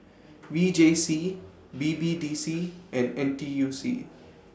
V J C B B D C and N T U C